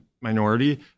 minority